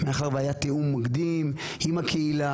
מאחר והיה תיאום מקדים עם הקהילה.